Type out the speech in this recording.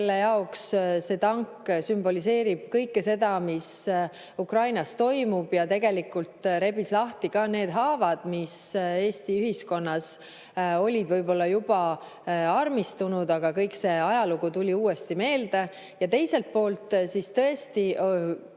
jaoks see tank sümboliseerib kõike seda, mis Ukrainas toimub, ja tegelikult rebis lahti ka need haavad, mis Eesti ühiskonnas olid võib-olla juba armistunud, aga kõik see ajalugu tuli uuesti meelde. Ja teiselt poolt siis tõesti üritati